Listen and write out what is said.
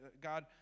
God